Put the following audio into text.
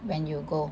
when you go